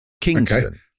Kingston